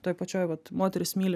toj pačioj vat moterys myli